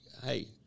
Hey